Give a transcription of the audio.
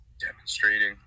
Demonstrating